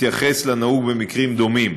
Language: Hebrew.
נתייחס לנהוג במקרים דומים: